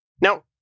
Now